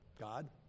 God